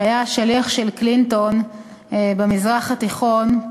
שהיה השליח של קלינטון במזרח התיכון.